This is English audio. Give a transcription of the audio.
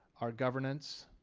our governance.